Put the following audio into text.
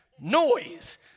noise